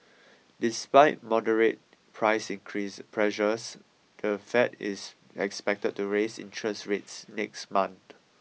despite moderate price increase pressures the Fed is expected to raise interest rates next month